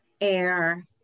air